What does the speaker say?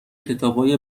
کتابای